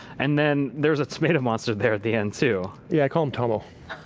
and then there's a tomato monster there at the end, too. yeah, i call him tunnel.